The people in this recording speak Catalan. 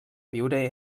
viure